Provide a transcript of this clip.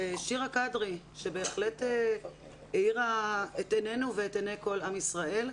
ושירה קדרי שבהחלט האירה את עיננו ואת עיניי כל עם ישראל.